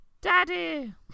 daddy